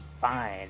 fine